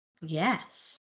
Yes